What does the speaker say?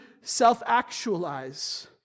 self-actualize